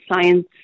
science